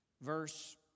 verse